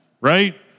right